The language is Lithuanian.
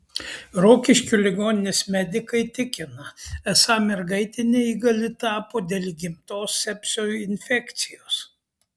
rokiškio ligoninės medikai tikina esą mergaitė neįgali tapo dėl įgimtos sepsio infekcijos